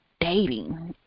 dating